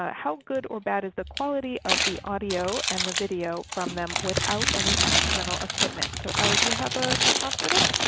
how good or bad is the quality of the audio and the video from them without any external equipment? so ale, do you have any ah response for that?